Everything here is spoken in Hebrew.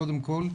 קודם כל,